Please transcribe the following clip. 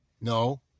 No